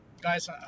guys